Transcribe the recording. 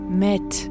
met